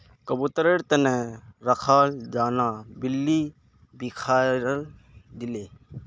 कबूतरेर त न रखाल दाना बिल्ली बिखरइ दिले